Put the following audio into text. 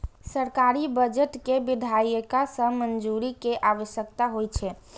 सरकारी बजट कें विधायिका सं मंजूरी के आवश्यकता होइ छै